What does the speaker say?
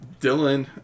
Dylan